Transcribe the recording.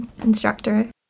instructor